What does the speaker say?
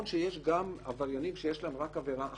שיש גם עבריינים שיש להם עבירה אחת,